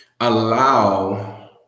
allow